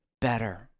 better